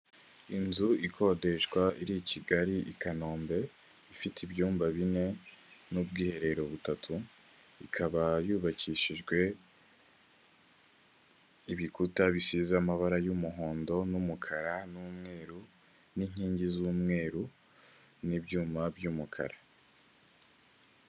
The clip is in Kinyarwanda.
Inzu ikodeshwa iri i Kigali i Kanombe, ifite ibyumba bine n'ubwiherero butatu, ikaba yubakishijwe ibikuta bisize amabara y'umuhondo n'umukara n'umweru n'inkingi z'umweru n'ibyuma by'umukara.